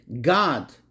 God